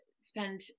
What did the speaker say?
spend